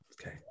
Okay